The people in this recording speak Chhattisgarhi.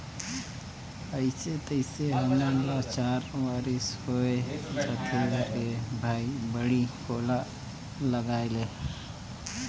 अइसे तइसे हमन ल चार बरिस होए जाथे रे भई बाड़ी कोला लगायेले